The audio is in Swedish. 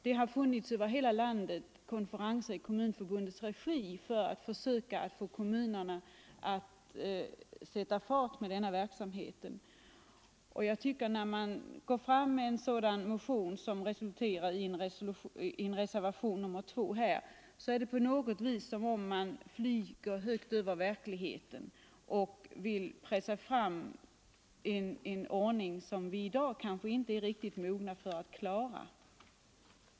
Det har över hela landet hållits konferenser Onsdagen den i Kommunförbundets regi för att försöka få kommunerna att sätta fart — 27 november 1974 på denna verksamhet. När man går fram med en sådan ambition som resulterat i reservationen — Förskolan m.m. 2 är det som om man ville flyga högt över verkligheten och pressa fram en ordning som vi i dag inte är riktigt mogna för att klara.